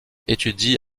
étudie